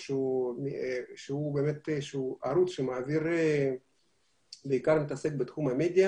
הוא באמת איזה שהוא ערוץ שמעביר ובעיקר מתעסק בתחום המדיה